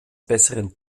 besseren